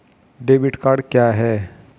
Debit card क्या है?